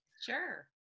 Sure